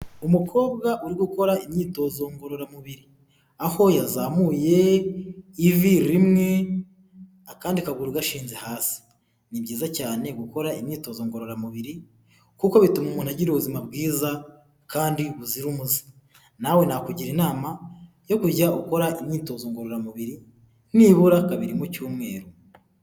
Umukobwa uri gukora imyitozo ngororamubiri, aho yazamuye ivi rimwe, akandi kaguru gashinze hasi. Ni byiza cyane gukora imyitozo ngororamubiri kuko bituma umuntu agira ubuzima bwiza, kandi buzira umuze, nawe nakugira inama yo kujya ukora imyitozo ngororamubiri nibura kabiri mu cyumweru.